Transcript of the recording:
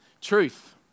Truth